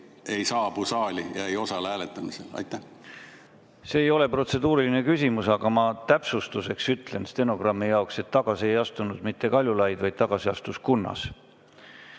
ei saabu saali ja ei osale hääletamisel? See ei ole protseduuriline küsimus, aga ma täpsustuseks ütlen stenogrammi huvides, et tagasi ei astunud mitte Kaljulaid, vaid tagasi astus Kunnas.